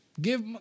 Give